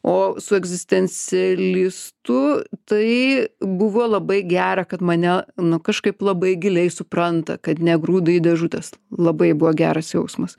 o su egzistencialistu tai buvo labai gera kad mane nu kažkaip labai giliai supranta kad negrūdo į dėžutes labai buvo geras jausmas